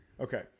Okay